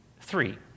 three